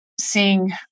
seeing